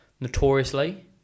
notoriously